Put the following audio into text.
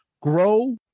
grow